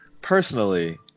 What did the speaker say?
personally